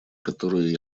которые